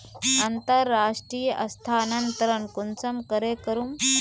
अंतर्राष्टीय स्थानंतरण कुंसम करे करूम?